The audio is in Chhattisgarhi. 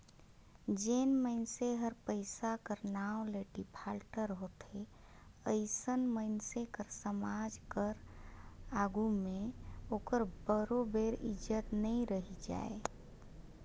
जेन मइनसे हर पइसा कर नांव ले डिफाल्टर होथे अइसन मइनसे कर समाज कर आघु में ओकर बरोबेर इज्जत नी रहि जाए